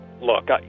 look